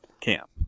camp